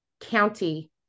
county